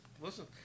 Listen